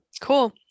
cool